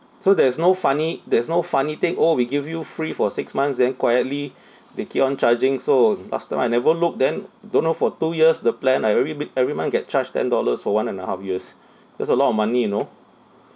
so there is no funny there's no funny thing orh we give you free for six months then quietly they keep on charging so last time I never look then don't know for two years the plan I every bit every month get charged ten dollars for one and a half years that's a lot of money you know